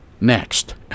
next